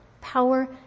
Power